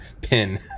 pin